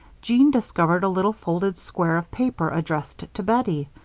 jean discovered a little folded square of paper addressed to bettie,